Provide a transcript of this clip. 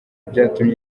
byatumye